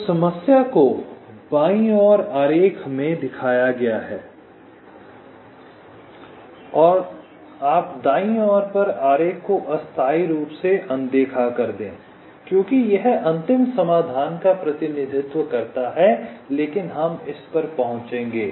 तो समस्या को बाईं ओर आरेख में दिखाया गया है आप दायीं और पर आरेख को अस्थायी रूप से अनदेखा कर दें क्योंकि यह अंतिम समाधान का प्रतिनिधित्व करता है लेकिन हम इस पर पहुंचेंगे